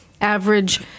Average